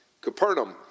Capernaum